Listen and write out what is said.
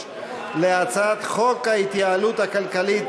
לא הכרזת על ההצבעה.